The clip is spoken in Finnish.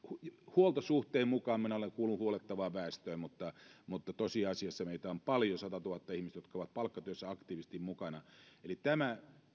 huoltosuhteen mukaan minä kuulun huollettavaan väestöön mutta mutta tosiasiassa meitä on paljon satatuhatta ihmistä jotka ovat palkkatyössä aktiivisesti mukana eli tämä